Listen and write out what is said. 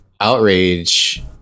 outrage